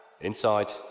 Inside